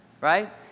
right